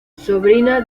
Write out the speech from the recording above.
sobrina